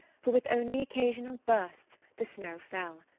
for, with only occasional bursts, the snow fell.